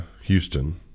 Houston